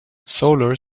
solar